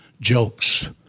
jokes